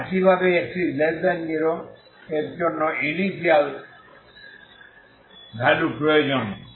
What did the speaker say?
এবং একইভাবে আপনাকে x0 এর জন্যও ইনিশিয়াল ভ্যালু প্রয়োজন